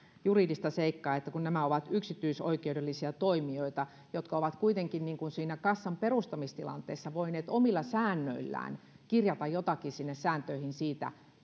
juridista seikkaa että nämä ovat yksityisoikeudellisia toimijoita jotka ovat kuitenkin siinä kassan perustamistilanteessa voineet omilla säännöillään kirjata jotakin sääntöihin siitä